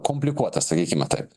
komplikuota sakykime taip